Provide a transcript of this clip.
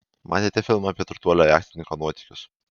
matėte filmą apie turtuolio jachtininko nuotykius